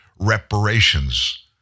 reparations